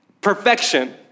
Perfection